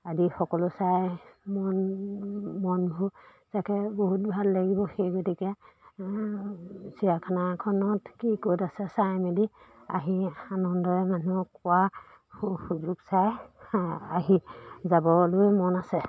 আদি সকলো চাই মন মনবোৰ তাকে বহুত ভাল লাগিব সেই গতিকে চিৰিয়াখানা এখনত কি ক'ত আছে চাই মেলি আহি আনন্দৰে মানুহক কোৱা সু সুযোগ চাই আহি যাবলৈ মন আছে